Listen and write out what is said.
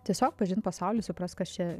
tiesiog pažint pasaulį suprast kas čia